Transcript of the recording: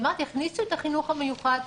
אמרתי: הכניסו את החינוך המיוחד,